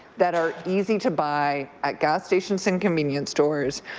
that are easy to buy at gas stations and convenience stores,